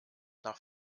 nach